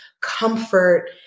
comfort